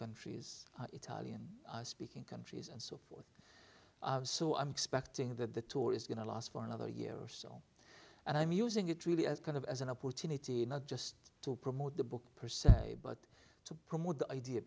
countries italian speaking countries and so forth so i'm expecting that the tour is going to last for another year or so and i'm using it really as kind of as an opportunity not just to promote the book percent but to promote the idea